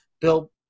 Bill